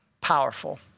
powerful